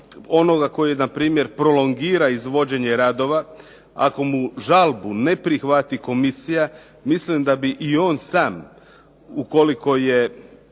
onoga koji na primjer prolongira izvođenje radova ako mu žalbu ne prihvati komisija mislim da bi i on sam ukoliko je